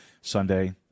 Sunday